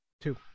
two